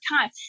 time